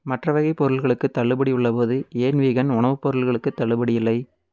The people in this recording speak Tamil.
மற்ற வகைப் பொருட்களுக்குத் தள்ளுபடி உள்ளபோது ஏன் வீகன் உணவுப் பொருட்களுக்குத் தள்ளுபடி இல்லை